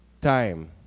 time